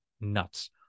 nuts